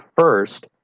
first